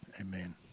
Amen